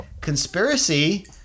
conspiracy